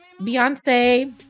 Beyonce